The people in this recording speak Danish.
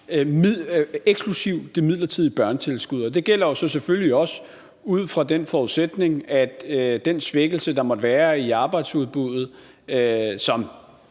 eksklusive det midlertidige børnetilskud. Det gælder så selvfølgelig også ud fra den forudsætning, at den svækkelse, der måtte være i arbejdsudbuddet, som